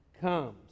comes